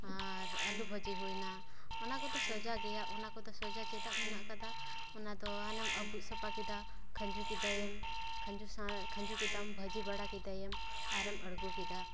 ᱟᱨ ᱟᱹᱞᱩ ᱵᱷᱟᱹᱡᱤ ᱦᱩᱭᱱᱟ ᱚᱱᱟ ᱠᱚᱫᱚ ᱥᱚᱡᱟ ᱜᱮᱭᱟ ᱚᱱᱟ ᱠᱚᱫᱚ ᱥᱚᱡᱟ ᱪᱮᱫᱟᱜ ᱢᱮᱱᱟᱜ ᱠᱟᱫᱟ ᱚᱱᱟ ᱫᱚ ᱟᱱᱮᱢ ᱟᱵᱩᱜ ᱥᱟᱯᱟ ᱠᱮᱫᱟ ᱠᱷᱟᱸᱡᱩ ᱠᱮᱫᱟᱭᱮᱢ ᱠᱷᱟᱸᱡᱩ ᱥᱟᱸ ᱠᱷᱟᱸᱡᱩ ᱠᱮᱫᱟᱢ ᱵᱷᱟᱹᱡᱤ ᱵᱟᱲᱟ ᱠᱮᱫᱟᱭᱮᱢ ᱟᱨᱮᱢ ᱟᱬᱜᱚ ᱠᱮᱫᱟ